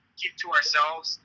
keep-to-ourselves